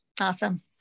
Awesome